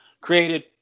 created